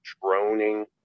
droning